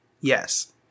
Yes